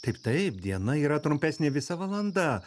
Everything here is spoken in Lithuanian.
taip taip diena yra trumpesnė visa valanda